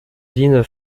dean